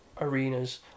arenas